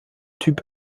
typ